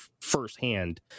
firsthand